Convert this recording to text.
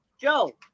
Joe